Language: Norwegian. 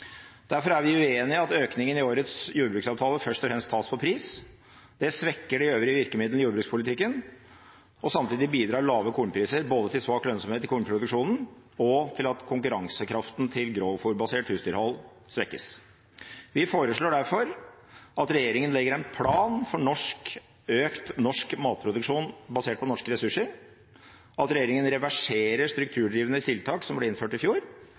Derfor er vi uenig i at økningen i årets jordbruksavtale først og fremst tas på pris. Det svekker de øvrige virkemidlene i jordbrukspolitikken, og samtidig bidrar lave kornpriser både til svak lønnsomhet i kornproduksjonen og til at konkurransekraften til grovfôrbasert husdyrhold svekkes. Vi foreslår derfor at regjeringen legger en plan for økt norsk matproduksjon basert på norske ressurser, at regjeringen reverserer strukturdrivende tiltak som ble innført i fjor,